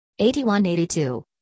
81-82